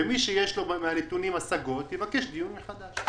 ואז מי שיש לו על הנתונים השגות יבקש דיון מחדש.